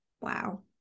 wow